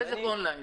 בזק אונליין.